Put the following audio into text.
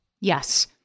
Yes